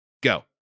Go